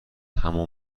همان